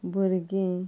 भुरगें